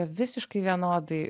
visiškai vienodai